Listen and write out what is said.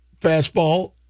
fastball